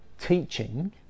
teaching